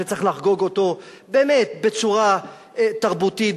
שצריך לחגוג אותו באמת בצורה תרבותית,